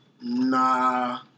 Nah